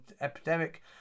Epidemic